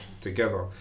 together